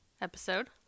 episode